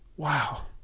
Wow